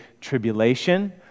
tribulation